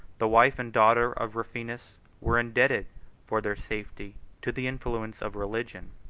the wife and daughter of rufinus were indebted for their safety to the influence of religion.